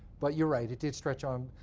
but you're right, it did stretch on.